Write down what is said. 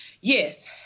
yes